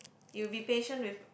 you'll be patient with